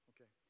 Okay